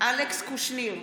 אלכס קושניר,